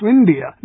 India